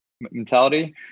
mentality